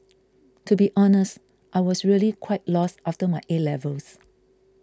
to be honest I was really quite lost after my A levels